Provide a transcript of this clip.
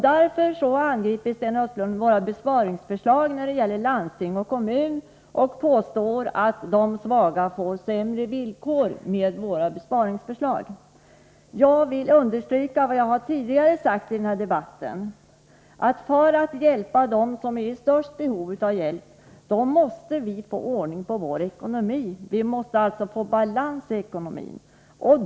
Därför angriper Sten Östlund våra besparingsförslag när det gäller landsting och kommuner och påstår att de svaga får sämre villkor med våra besparingsförslag. Jag vill understryka det jag tidigare sagt här i debatten. För att kunna hjälpa dem som har det största behovet måste vi få ordning på vår ekonomi. Vi måste alltså få balans i ekonomin.